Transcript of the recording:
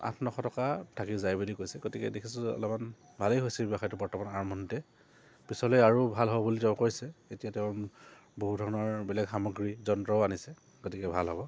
আঠ নশ টকা থাকি যায় বুলি কৈছে গতিকে দেখিছোঁ অলপমান ভালেই হৈছে ব্যৱসায়টো বৰ্তমান আৰম্ভণিতে পিছলৈ আৰু ভাল হ'ব বুলি তেওঁ কৈছে এতিয়া তেওঁৰ বহু ধৰণৰ বেলেগ সামগ্ৰী যন্ত্ৰও আনিছে গতিকে ভাল হ'ব